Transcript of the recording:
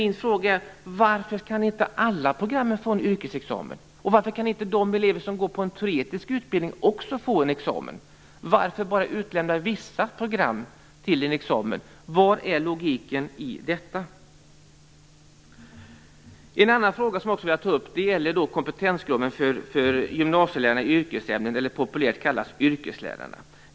Mina frågor är: Varför kan inte alla program få en yrkesexamen? Varför kan inte de elever som går på en teoretisk utbildning också få en examen? Varför bara utelämna vissa program? Var är logiken i det? En annan fråga som jag skulle vilja ta upp gäller kompetenskraven för gymnasielärarna i yrkesämnen eller, mer populärt, yrkeslärarna.